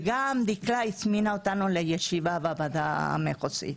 גם דקלה הזמינה אותנו לישיבה בוועדה המחוזית.